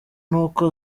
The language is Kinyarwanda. n’uko